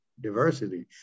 Diversity